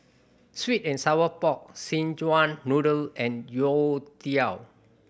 sweet and sour pork Szechuan Noodle and youtiao